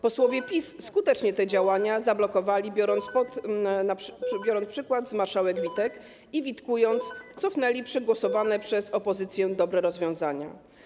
Posłowie PiS skutecznie te działania zablokowali, biorąc przykład z marszałek Witek i witkując, cofnęli przegłosowane przez opozycję dobre rozwiązania.